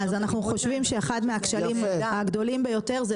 אנחנו חושבים שאחד מהכשלים הגדולים ביותר זה